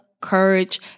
courage